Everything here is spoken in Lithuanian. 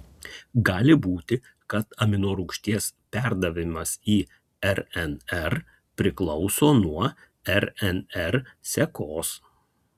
gali būti kad aminorūgšties perdavimas į rnr priklauso nuo rnr sekos